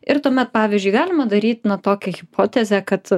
ir tuomet pavyzdžiui galima daryt na tokią hipotezę kad